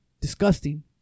disgusting